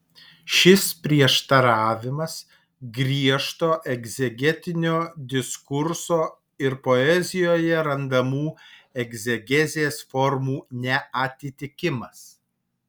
šis prieštaravimas griežto egzegetinio diskurso ir poezijoje randamų egzegezės formų neatitikimas